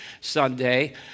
Sunday